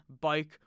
bike